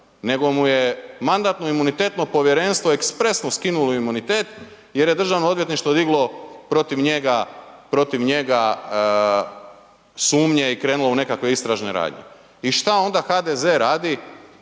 nego mu je Mandatno-imunitetno povjerenstvo ekspresno skinulo imunitet jer je Državno odvjetništvo diglo protiv njega sumnje i krenulo u nekakve istražne radnje. I šta onda HDZ radi,